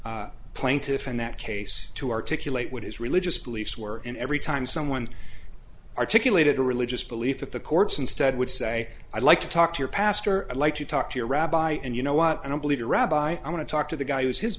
particular plaintiffs in that case to articulate what his religious beliefs were in every time someone articulated a religious belief that the courts instead would say i'd like to talk to your pastor i like to talk to your rabbi and you know what i don't believe a rabbi i want to talk to the guy who is his